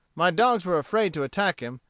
my dogs were afraid to attack him,